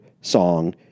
song